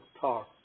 talk